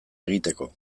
egiteko